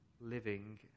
living